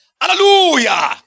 Hallelujah